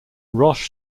roche